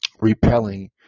repelling